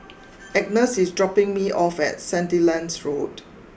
Agnes is dropping me off at Sandilands Road